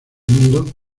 mundo